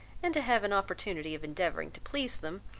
and to have an opportunity of endeavouring to please them,